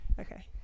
okay